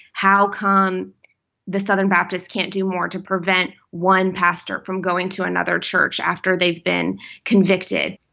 how come the southern baptists can't do more to prevent one pastor from going to another church after they've been convicted?